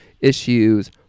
issues